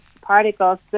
particles